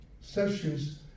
sessions